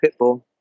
pitbull